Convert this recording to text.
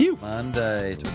Monday